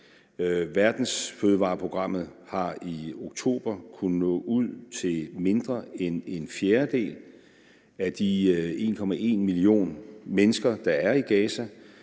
Verdensfødevareprogrammet har i oktober kunnet nå ud til mindre end en fjerdedel af de 1,1 million mennesker, der er i Gaza,